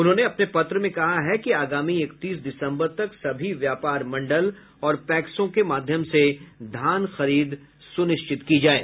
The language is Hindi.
उन्होंने अपने पत्र में कहा है कि आगामी इकतीस दिसंबर तक सभी व्यापार मंडल और पैक्सों के माध्यम से धान खरीद सुनिश्चित की जाये